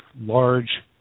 large